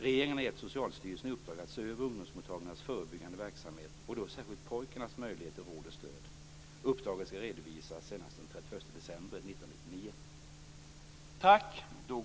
Regeringen har gett Socialstyrelsen i uppdrag att se över ungdomsmottagningarnas förebyggande verksamhet och då särskilt pojkarnas möjlighet till råd och stöd. Uppdraget skall redovisas senast den